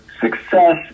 success